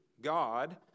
God